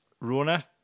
Rona